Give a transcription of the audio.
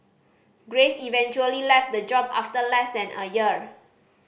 grace eventually left the job after less than a year